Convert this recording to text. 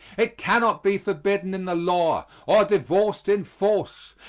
it cannot be forbidden in the law, or divorced in force.